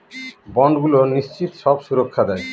বন্ডগুলো নিশ্চিত সব সুরক্ষা দেয়